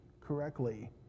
correctly